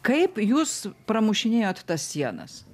kaip jūs pramušinėjot tas sienas